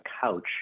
couch